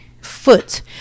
foot